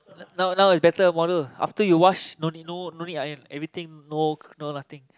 now now is better model after you wash no need no no need iron everything no no nothing